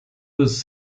was